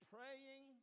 Praying